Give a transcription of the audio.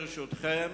ברשותכם,